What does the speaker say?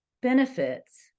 benefits